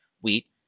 wheat